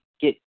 get